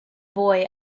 boy